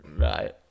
Right